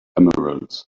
emeralds